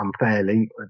unfairly